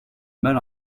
mal